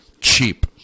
cheap